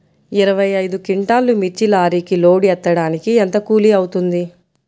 ఇరవై ఐదు క్వింటాల్లు మిర్చి లారీకి లోడ్ ఎత్తడానికి ఎంత కూలి అవుతుంది?